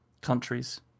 Countries